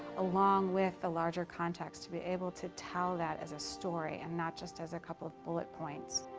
along with the larger context to be able to tell that as a story and not just as a couple of bullet points.